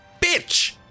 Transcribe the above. bitch